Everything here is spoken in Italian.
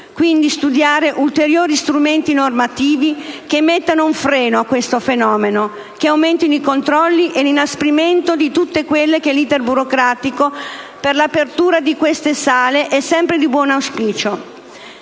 Quindi studiare ulteriori strumenti normativi che mettano un freno a questo fenomeno, che aumentino i controlli e l'inasprimento di tutto quello che è l'*iter* burocratico per l'apertura di queste sale è sempre di buon auspicio.